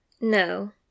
No